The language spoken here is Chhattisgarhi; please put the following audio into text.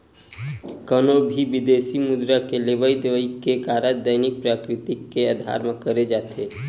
कोनो भी बिदेसी मुद्रा के लेवई देवई के कारज दैनिक प्रकृति के अधार म करे जाथे